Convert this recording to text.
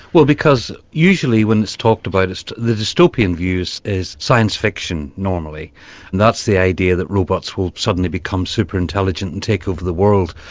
well because usually when it's talked about, the dystopian view so is science fiction normally, and that's the idea that robots will suddenly become super intelligent and take over the world.